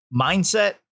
mindset